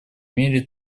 мере